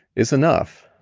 is enough